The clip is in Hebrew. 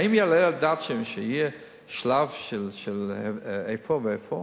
האם יעלה על הדעת שיהיה שלב של איפה ואיפה?